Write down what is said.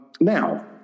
Now